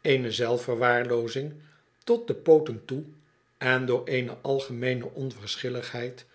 eene zelfverwaarloozing tot de pooten toe en door eene algemeene onverschilligheid